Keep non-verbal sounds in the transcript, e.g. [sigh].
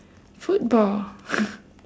football [laughs]